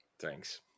thanks